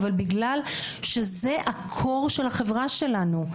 אבל בגלל שזה הטבור של החברה שלנו.